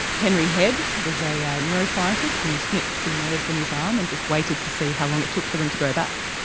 henry head? was a ah neuroscientist and he snipped some nerves in his arm um and just waited to see how long it took for them to grow back.